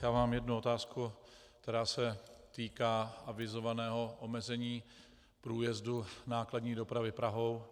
Mám jednu otázku, která se týká avizovaného omezení průjezdu nákladní dopravy Prahou.